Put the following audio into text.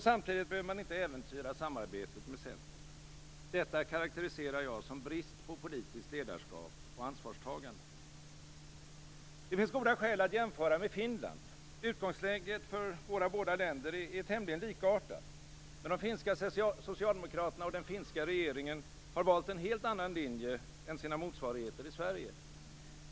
Samtidigt behöver man inte äventyra samarbetet med Centern. Detta karakteriserar jag som brist på politiskt ledarskap och ansvarstagande. Det finns goda skäl att jämföra med Finland. Utgångsläget för de båda länderna är tämligen likartat. Men de finska socialdemokraterna och den finska regeringen har valt en helt annan linje än sina motsvarigheter i Sverige.